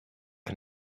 bis